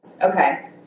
Okay